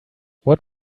what